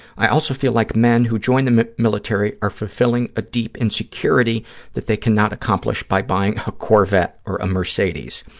i also feel like men who join the military are fulfilling a deep insecurity that they cannot accomplish by buying a corvette or a mercedes.